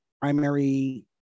primary